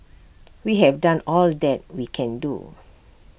we have done all that we can do